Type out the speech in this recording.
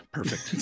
Perfect